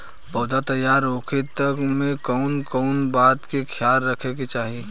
पौधा तैयार होखे तक मे कउन कउन बात के ख्याल रखे के चाही?